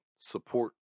support